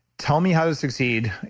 tell me how to succeed,